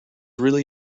really